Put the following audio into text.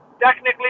technically